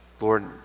Lord